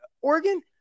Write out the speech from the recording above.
Oregon